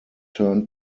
turn